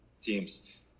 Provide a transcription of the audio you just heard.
teams